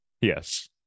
Yes